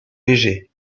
léger